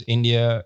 India